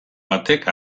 batek